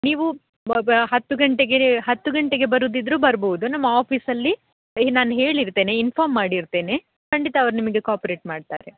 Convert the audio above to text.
ನೀವು ಮೊ ಬ್ಯಾ ಹತ್ತು ಗಂಟೆಗೆ ಹತ್ತು ಗಂಟೆಗೆ ಬರೋದಿದ್ರೂ ಬರ್ಬೌದು ನಮ್ಮ ಆಫೀಸಲ್ಲಿ ನಾನು ಹೇಳಿರ್ತೇನೆ ಇನ್ಫಾಮ್ ಮಾಡಿರ್ತೇನೆ ಖಂಡಿತ ಅವ್ರು ನಿಮಗೆ ಕೊಪ್ರೇಟ್ ಮಾಡ್ತಾರೆ